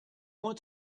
want